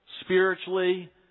spiritually